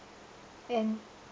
and